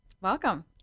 Welcome